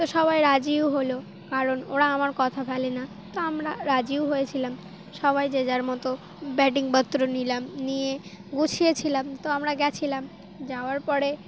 তো সবাই রাজিও হলো কারণ ওরা আমার কথা ফেলে না তো আমরা রাজিও হয়েছিলাম সবাই যে যার মতো বেডিংপত্র নিলাম নিয়ে গুছিয়েছিলাম তো আমরা গেছিলাম যাওয়ার পরে